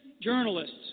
journalists